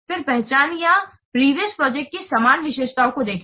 फिर पहचानें या प्रीवियस प्रोजेक्ट की समान विशेषताओं को देखें